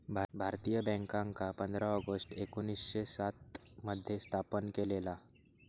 भारतीय बॅन्कांका पंधरा ऑगस्ट एकोणीसशे सात मध्ये स्थापन केलेला